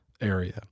area